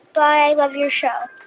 bye. i love your show